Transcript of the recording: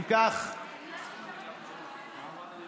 אם תוכל בבקשה להחליף אותי, אני אודה לך.